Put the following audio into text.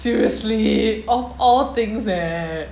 seriously of all things eh